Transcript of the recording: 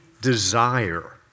desire